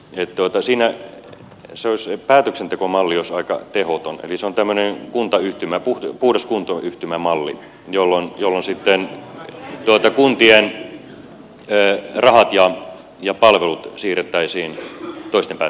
suurin ongelma on se että päätöksentekomalli olisi aika tehoton eli se on tämmöinen puhdas kuntayhtymämalli jolloin sitten kuntien rahat ja palvelut siirrettäisiin toisten päätettäviksi